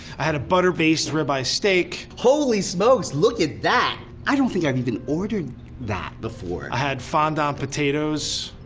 i had a butter basted rib-eye steak. holy smokes look at that. i don't think i've even ordered that before. i had fondant potatoes.